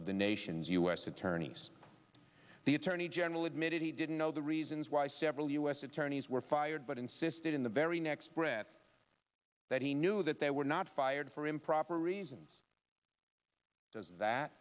of the nation's u s attorneys the attorney general admitted he didn't know the reasons why several u s attorneys were fired but insisted in the very next breath that he knew that they were not fired for improper reasons does that